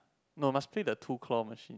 no must play the two claw machine